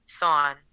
Thawne